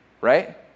Right